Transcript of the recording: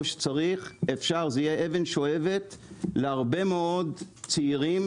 שצריך זה יהיה אבן שואבת להרבה מאוד צעירים,